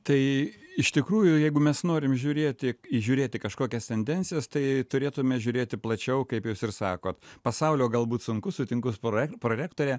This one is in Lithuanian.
tai iš tikrųjų jeigu mes norim žiūrėti įžiūrėti kažkokias tendencijas tai turėtume žiūrėti plačiau kaip jūs ir sakot pasaulio galbūt sunku sutinku su prorektore